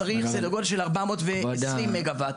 צריך סדר גודל של 420 מגה וואט.